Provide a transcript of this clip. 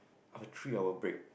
I have three hour break